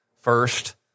first